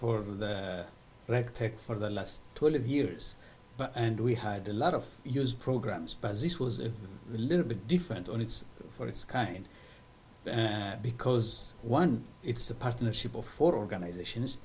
for tech for the last twelve years and we had a lot of use programs but this was a little bit different and it's for its kind because one it's a partnership of four organizations